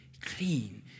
clean